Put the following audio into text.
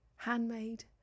handmade